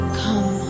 come